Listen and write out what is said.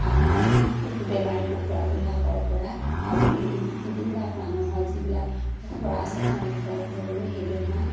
আমাৰ বেমাৰী কুকুৰাবিলাকৰ পৰা আৰু এই ইবিলাক মানুহৰ যিবিলাকৰ কুকুৰা আছে তেওঁলোকৰ ঘৰলৈ সেই বেমাৰ